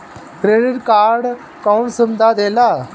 Credit card कौन सुबिधा देला?